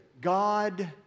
God